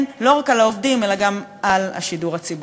לא רק על העובדים אלא גם על השידור הציבורי?